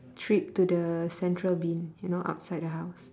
trip to the central bin you know outside the house